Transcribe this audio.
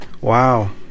Wow